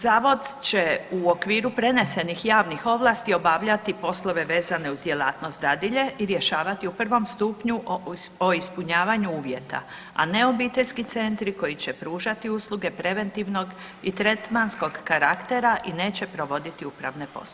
Zavod će u okviru prenesenih javnih ovlasti obavljati poslove vezane uz djelatnost dadilje i rješavati u prvom stupnju o ispunjavanju uvjeta, a ne obiteljski centri koji će pružati usluge preventivnog i tretmanskog karaktera i neće provoditi upravne postupke.